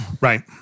Right